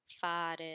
fare